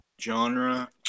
genre